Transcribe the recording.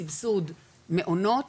סבסוד מעונות,